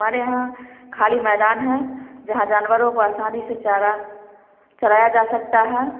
हमारे यहाँ खाली मैदान है जहाँ जानवरों का आसानी से चारा चराया जा सकता है